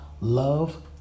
Love